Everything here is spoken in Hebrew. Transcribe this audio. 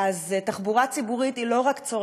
בתהליך שיקום של פצוע קשה.